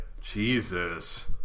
Jesus